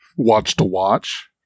watch-to-watch